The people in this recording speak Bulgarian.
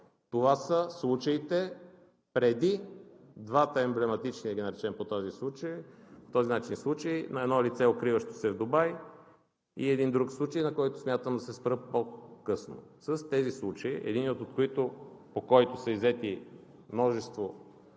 Това са случаите преди двата емблематични – да ги наречем по този начин, случаи на едно лице, укриващо се в Дубай, и един друг случай, на който смятам да се спра по-късно. В тези случаи, по единия от които са иззети множество